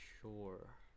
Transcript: Sure